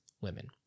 women